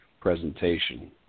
presentation